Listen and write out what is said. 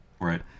Right